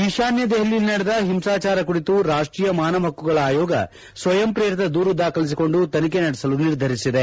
ಈತಾನ್ಯ ದೆಹಲಿಯಲ್ಲಿ ನಡೆದ ಹಿಂಸಾಚಾರ ಕುರಿತು ರಾಷ್ಟೀಯ ಮಾನವ ಪಕ್ಕುಗಳ ಆಯೋಗ ಸ್ವಯಂ ಪ್ರೇರಿತ ದೂರು ದಾಖಲಿಸಿಕೊಂಡು ತನಿಖೆ ನಡೆಸಲು ನಿರ್ಧರಿಸಿದೆ